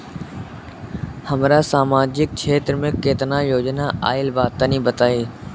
हमरा समाजिक क्षेत्र में केतना योजना आइल बा तनि बताईं?